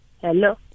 Hello